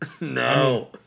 No